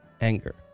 Anger